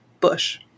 bush